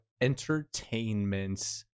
entertainment